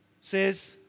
says